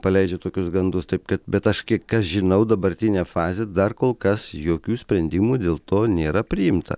paleidžia tokius gandus taip kad bet aš kiek aš žinau dabartinė fazė dar kol kas jokių sprendimų dėl to nėra priimta